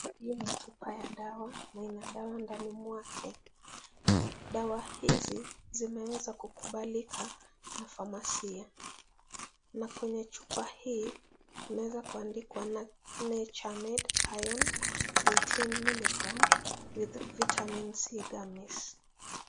Hiyo ni chupa ya dawa, lina dawa ndani mwake , dawa hizi zimeweza kukubalika na phamasia na kwenye chupa hii imeweza kuandikwa nature made iron 18mg with vitamin c gummies .